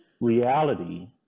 reality